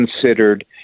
considered